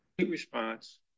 response